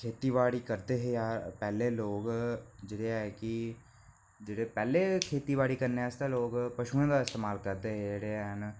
खेतीबाड़ी करदे हे अस पैह्लें लोक जेह्ड़े हे कि जेहड़े पैह्लें खेतीबाड़ी करने आस्तै लोक पछुएं दा इस्तेमाल करदे हे